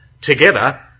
together